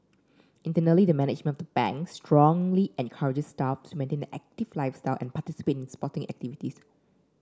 internally the management of the Bank strongly encourages staff to maintain an active lifestyle and participate in sporting activities